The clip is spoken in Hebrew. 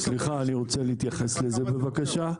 סליחה, אני רוצה להתייחס לזה בבקשה.